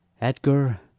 Edgar